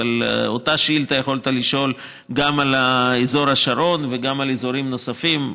אבל אותה שאילתה יכולת לשאול גם על אזור השרון וגם על אזורים נוספים,